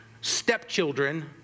stepchildren